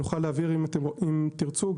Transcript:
אם תרצו,